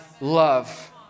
love